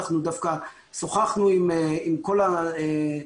אלא אנחנו דווקא שוחחנו עם כל הנציגים